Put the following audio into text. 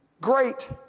Great